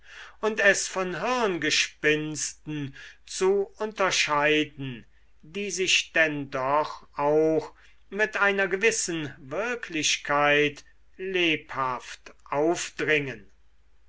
und es von hirngespinsten zu unterscheiden die sich denn doch auch mit einer gewissen wirklichkeit lebhaft aufdringen